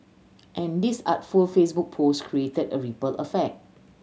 and this artful Facebook post created a ripple effect